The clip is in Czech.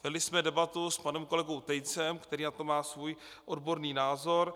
Vedli jsme debatu s panem kolegou Tejcem, který na to má svůj odborný názor.